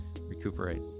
recuperate